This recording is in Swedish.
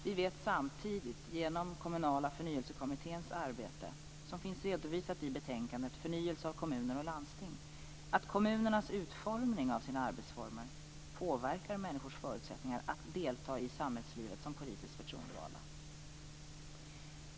Vi vet samtidigt genom Kommunala förnyelsekommmitténs arbete som finns redovisat i betänkandet Förnyelse av kommuner och landsting att kommunernas utformning av sina arbetsformer påverkar människors förutsättningar att delta i samhällslivet som politiskt förtroendevalda.